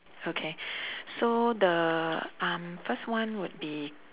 okay so the um first one would be